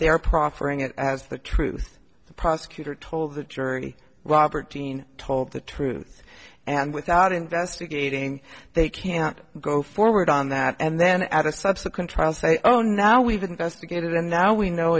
proffering it as the truth the prosecutor told the jury robert dean told the truth and without investigating they can't go forward on that and then at a subsequent trial say oh now we've investigated and now we know